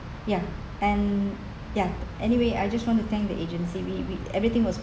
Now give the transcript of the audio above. ya and ya anyway I just want to thank the agency we we everything was